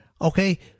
Okay